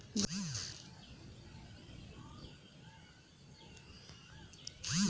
যে সংস্থাগুলা এখনকার সময় উঠতি তাকে ন্যাসেন্ট বা বর্ধনশীল উদ্যোক্তা বলে